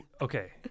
okay